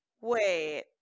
Wait